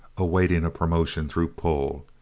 awaiting a promotion through pull.